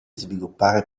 sviluppare